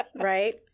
right